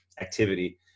activity